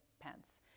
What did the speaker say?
Pence